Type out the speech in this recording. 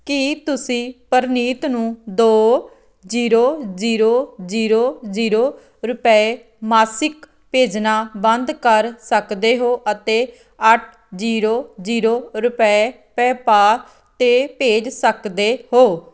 ਕੀ ਤੁਸੀਂ ਪ੍ਰਨੀਤ ਨੂੰ ਦੋ ਜ਼ੀਰੋ ਜ਼ੀਰੋ ਜ਼ੀਰੋ ਜ਼ੀਰੋ ਰੁਪਏ ਮਾਸਿਕ ਭੇਜਣਾ ਬੰਦ ਕਰ ਸਕਦੇ ਹੋ ਅਤੇ ਅੱਠ ਜ਼ੀਰੋ ਜ਼ੀਰੋ ਰੁਪਏ ਪੈਪਾਲ 'ਤੇ ਭੇਜ ਸਕਦੇ ਹੋ